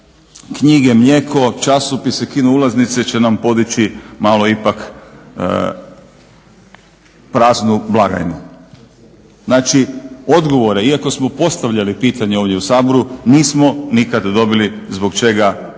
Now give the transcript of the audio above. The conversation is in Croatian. knjige, mlijeko, časopise, kinoulaznice će nam podići malo ipak praznu blagajnu. Znači odgovore iako smo postavljali pitanja ovdje u Saboru nismo nikad dobili zbog čega se